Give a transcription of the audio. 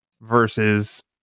versus